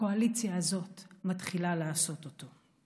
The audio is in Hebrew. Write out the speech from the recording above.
הקואליציה הזאת מתחילה לעשות אותו,